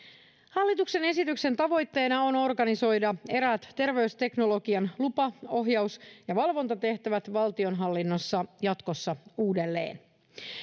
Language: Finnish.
hallituksen esityksen tavoitteena on organisoida eräät terveysteknologian lupa ohjaus ja valvontatehtävät valtionhallinnossa jatkossa uudelleen